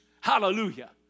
hallelujah